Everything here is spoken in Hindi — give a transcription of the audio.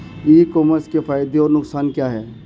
ई कॉमर्स के फायदे और नुकसान क्या हैं?